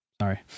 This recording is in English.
Sorry